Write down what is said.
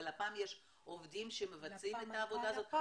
בלפ"מ יש עובדים שמבצעים את העבודה הזאת,